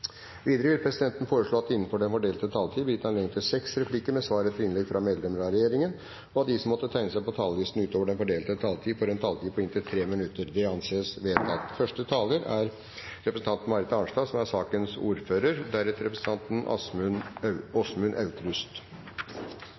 Videre vil presidenten foreslå at det blir gitt anledning til seks replikker med svar etter innlegg fra medlem av regjeringen innenfor den fordelte taletid, og at de som måtte tegne seg på talerlisten utover den fordelte taletid, får en taletid på inntil 3 minutter. – Det anses vedtatt. Dette er